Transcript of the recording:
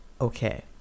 Okay